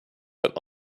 but